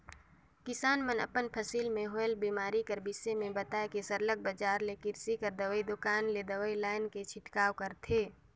किसान मन अपन फसिल में होवल बेमारी कर बिसे में बताए के सरलग बजार ले किरसी कर दवई दोकान ले दवई लाएन के छिड़काव करथे